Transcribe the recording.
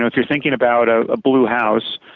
ah you're thinking about a blue house,